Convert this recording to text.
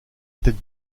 tête